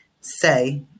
say